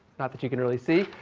not that you can really see.